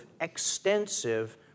extensive